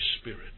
Spirit